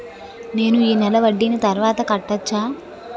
నేను ఈ నెల వడ్డీని తర్వాత కట్టచా?